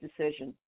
decision